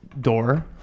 door